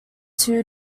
two